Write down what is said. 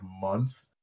month